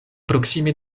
proksime